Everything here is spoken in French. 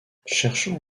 cherchant